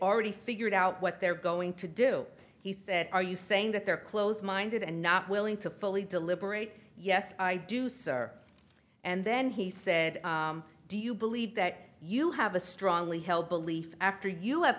already figured out what they're going to do he said are you saying that they're close minded and not willing to fully deliberate yes i do sir and then he said do you believe that you have a strongly held belief after you have